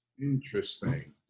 Interesting